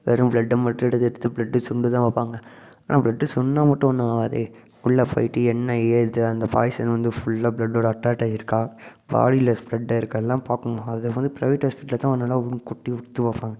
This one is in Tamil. வெறும் ப்ளட்டை மட்டும் எடுத்து எடுத்து ப்ளட் தான் பார்ப்பாங்க ஆனால் ப்ளட் மட்டும் ஒன்றும் ஆகாது உள்ளே போய்விட்டு என்ன ஏது அந்த பாய்சன் வந்து ஃபுல்லாக ப்ளடோட அட்டாக் ஆகிருக்கா பாடியில் ஸ்ப்ரெட்டாகிருக்காலாம் பார்க்குணும் அது வந்து ப்ரைவேட் ஹாஸ்பிட்டலில் தான் நல்லா உற்று பார்ப்பாங்க